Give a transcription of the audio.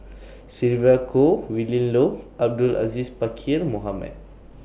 Sylvia Kho Willin Low Abdul Aziz Pakkeer Mohamed